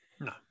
No